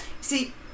See